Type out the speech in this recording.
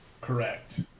Correct